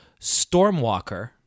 Stormwalker